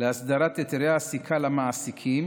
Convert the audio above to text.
להסדרת היתרי העסקה למעסיקים,